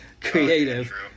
creative